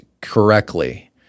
correctly